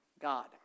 God